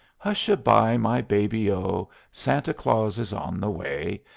hush-a-by, my baby o! santa claus is on the way,